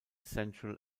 central